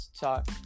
talk